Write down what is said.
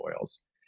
oils